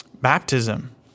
baptism